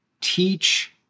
teach